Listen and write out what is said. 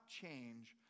change